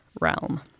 realm